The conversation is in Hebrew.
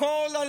הכול על